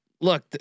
look